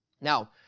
Now